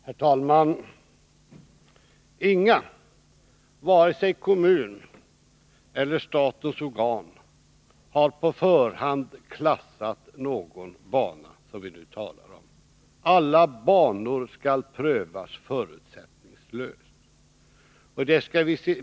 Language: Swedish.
Herr talman! Ingen, vare sig kommuner eller statens organ, har på förhand klassat någon bana som vi nu talar om. Alla banor skall prövas förutsättningslöst.